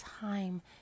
time